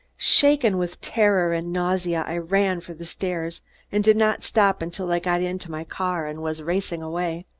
shaken with terror and nausea, i ran for the stairs and did not stop until i got into my car and was racing away.